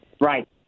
Right